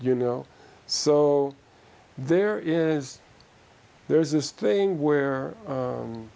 you know so there is there is this thing where